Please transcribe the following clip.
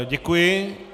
Děkuji.